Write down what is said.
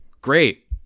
great